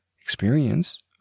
experience